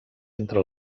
entre